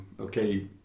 okay